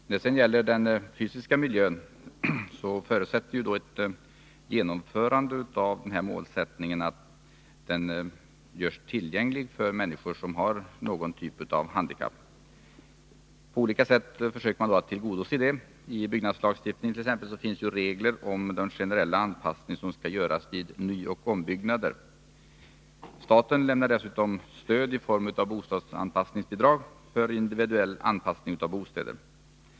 Beträffande den fysiska miljön förutsätter genomförande av målsättningen att denna miljö görs tillgänglig för människor som har någon typ av handikapp. På olika sätt försöker man tillgodose detta. I byggnadslagsstiftningent.ex. finns det regler om den generella anpassning som skall göras vid nyoch ombyggnader. Staten lämnar dessutom stöd i form av bostadsanpassningsbidrag för individuell anpassning av bostäder.